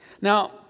Now